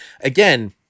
again